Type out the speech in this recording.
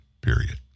period